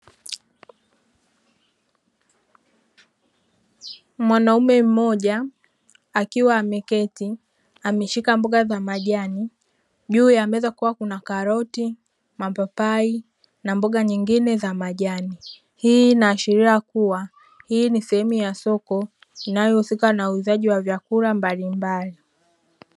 Mwanaume mmoja akiwa ameketi ameshika mboga za majani, juu ya meza Kuwa Kuna karroti, mapapai na mboga nyingine za majani. Hii inaashiria kuwa hii ni sehemu ya soko inayohusika na uuzaji wa vyakula mbalibali.